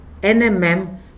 NMM